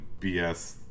BS